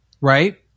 Right